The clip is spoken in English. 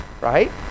right